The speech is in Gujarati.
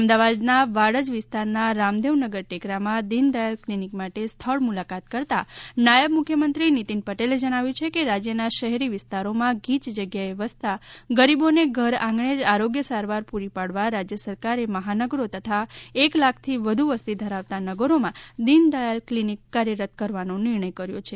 અમદાવાદના વાડજ વિસ્તારના રામદેવ નગર ટેકરામાં દીન દયાલ ક્લિનિક માટે સ્થળ મુલાકાત કરતાં નાયબ મુખ્યમંત્રી નીતિન પટેલે જણાવ્યું છે કે રાજ્યના શહેરી વિસ્તારોમાં ગીચ જગ્યાએ વસતા ગરીબોને ઘર આંગણે જ આરોગ્ય સારવાર પૂરી પાડવા રાજ્ય સરકારે મહાનગરો તથા એક લાખથી વધુ વસ્તી ધરાવતા નગરોમાં દીન દયાલ ક્લિનિક કાર્યરત કરવાનો નિર્ણય કર્યો છે